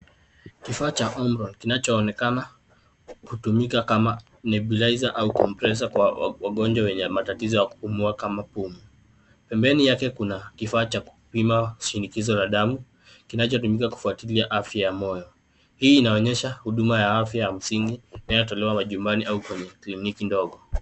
Kifaa cha umron kinachoonekana kutumika kama nebulaizer au compressor kwa wagonjwa wenye matatizo ya kupumua kama pumu. Pembeni yake kuna kifaa cha kupima shinikizo la damu, kinachotumika kufuatilia afya ya moyo. Hii inaonyesha huduma ya afya ya msingi inayo tolewa majumbani au kwenye kliniki ndogo.